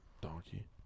donkey